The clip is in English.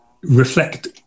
reflect